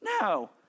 no